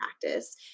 practice